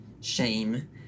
shame